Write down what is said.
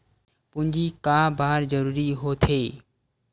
पूंजी का बार जरूरी हो थे?